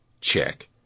check